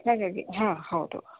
ಹಾಗಾಗಿ ಹಾಂ ಹೌದು